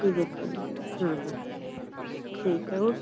जी बिल्कुल ठीक है ओके